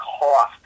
cost